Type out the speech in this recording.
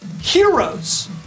Heroes